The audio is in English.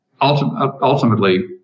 ultimately